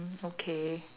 okay